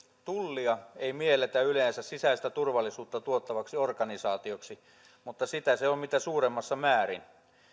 tullia ei mielletä yleensä sisäistä turvallisuutta tuottavaksi organisaatioksi mutta sitä se on mitä suurimmassa määrin